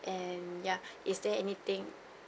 and ya is there anything